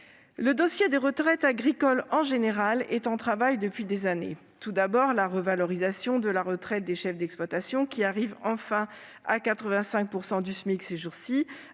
Le dossier des retraites agricoles en général est en chantier depuis des années. Tout d'abord, la revalorisation de la retraite des chefs d'exploitation, qui atteint enfin 85 % du SMIC ces jours-ci,